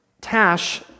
Tash